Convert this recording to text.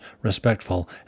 respectful